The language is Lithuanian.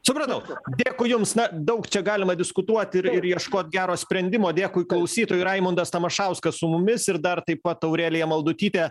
supratau dėkui jums na daug čia galima diskutuot ir ir ieškot gero sprendimo dėkui klausytojui raimundas tamašauskas su mumis ir dar taip pat aurelija maldutytė